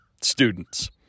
students